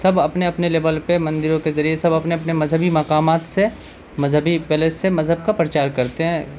سب اپنے اپنے لیبل پہ مندروں کے ذریعے سب اپنے اپنے مذہبی مقامات سے مذہبی پیلس سے مذہب کا پرچار کرتے ہیں